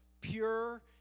pure